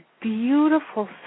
beautiful